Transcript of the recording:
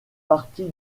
partie